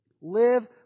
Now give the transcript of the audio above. Live